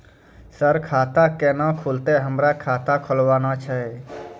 Sir खाता केना खुलतै, हमरा खाता खोलवाना छै?